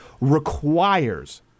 requires